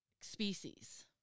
species